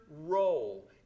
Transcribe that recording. role